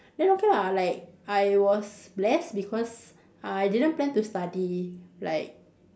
then okay lah like I was blessed because I didn't plan to study like